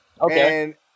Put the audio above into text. okay